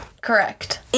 correct